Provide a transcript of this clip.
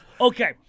Okay